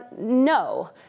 no